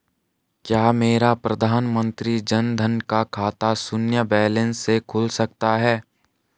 क्या मेरा प्रधानमंत्री जन धन का खाता शून्य बैलेंस से खुल सकता है?